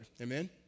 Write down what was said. Amen